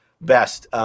best –